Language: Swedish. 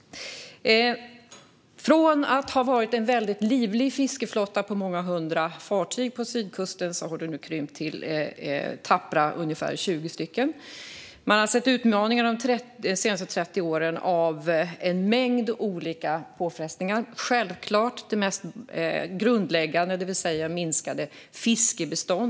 Från att ha varit en väldigt livlig fiskeflotta på många hundra fartyg har nu fiskeflottan på sydkusten krympt till ungefär 20 tappra fartyg. Man har de senaste 30 åren sett utmaningar i form av en mängd olika påfrestningar. Det mest grundläggande är självklart minskade fiskbestånd.